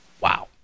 wow